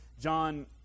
John